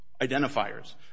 identifiers